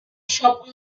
shop